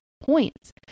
points